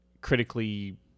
critically